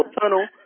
tunnel